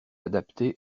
adapté